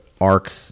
arc